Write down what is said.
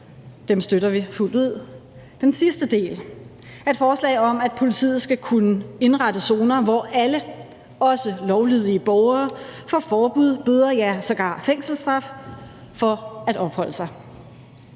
dem støtter vi fuldt ud. Den sidste del er et forslag om, at politiet skal kunne indrette zoner, hvor alle, også lovlydige borgere, får forbud, bøder, ja, sågar fængselsstraf, for at opholde sig.